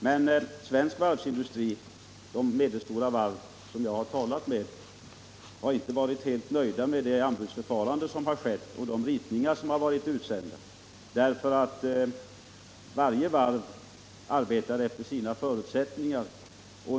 De medelstora svenska varv som jag har varit i kontakt med har inte varit helt nöjda med anbudsförfarandet och med de utsända ritningarna. Varje varv arbetar efter sina förutsättningar.